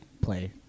play